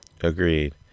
Agreed